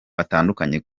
batandukanye